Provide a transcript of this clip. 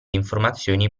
informazioni